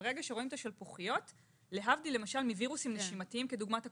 זה להבדיל מווירוסים נשימתיים, כדוגמת הקורונה,